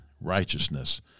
righteousness